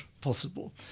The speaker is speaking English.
possible